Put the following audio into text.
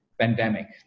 Pandemic